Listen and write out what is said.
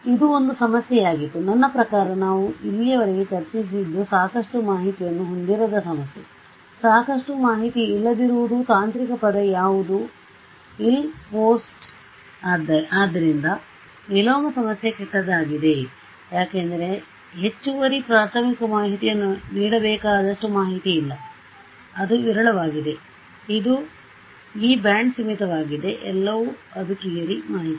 ಆದ್ದರಿಂದ ಇದು ಒಂದು ಸಮಸ್ಯೆಯಾಗಿತ್ತು ನನ್ನ ಪ್ರಕಾರ ನಾವು ಇಲ್ಲಿಯವರೆಗೆ ಚರ್ಚಿಸಿದ್ದು ಸಾಕಷ್ಟು ಮಾಹಿತಿಯನ್ನು ಹೊಂದಿರದ ಸಮಸ್ಯೆ ಸಾಕಷ್ಟು ಮಾಹಿತಿ ಇಲ್ಲದಿರುವುದು ತಾಂತ್ರಿಕ ಪದ ಯಾವುದು ಇಲ್ ಪೋಸ್ಡ್ಆದ್ದರಿಂದ ವಿಲೋಮ ಸಮಸ್ಯೆ ಕೆಟ್ಟದ್ದಾಗಿದೆ ಯಾಕೆಂದರೆ ನಾನು ಹೆಚ್ಚುವರಿ ಪ್ರಾರ್ಥಮಿಕ ಮಾಹಿತಿಯನ್ನು ನೀಡಬೇಕಾದಷ್ಟು ಮಾಹಿತಿಯಿಲ್ಲ ಅದು ವಿರಳವಾಗಿದೆ ಇದು ಈ ಬ್ಯಾಂಡ್ ಸೀಮಿತವಾಗಿದೆ ಎಲ್ಲವೂ ಅದು ಪ್ರಿಯರಿ ಮಾಹಿತಿ